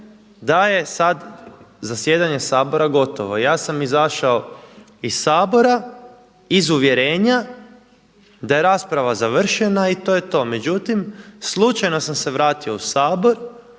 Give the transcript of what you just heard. da je sada zasjedanje Sabora gotovo. I ja sam izašao iz Sabora iz uvjerenja da je rasprava završeno i to je to. Međutim slučajno sam se vratio u Sabor